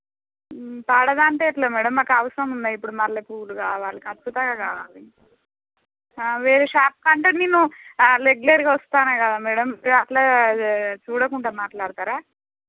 పడదంటే ఎట్లా మేడమ్ మాకు అవసరం ఉన్నాయి ఇప్పుడు మల్లెపూలు కావాలి ఖచ్చితంగా కావాలి వేరే షాప్ కంటే నేను రెగ్యులర్గా వస్తాను అనే కదా మేడమ్ ఇక అట్లా అదే చూడకుండా మాట్లాడతారా